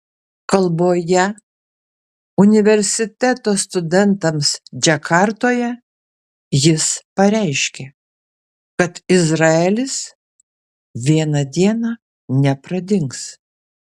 kalboje universiteto studentams džakartoje jis pareiškė kad izraelis vieną dieną nepradings